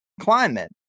climate